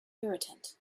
irritant